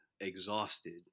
exhausted